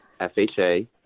FHA